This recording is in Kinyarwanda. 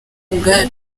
ubwacu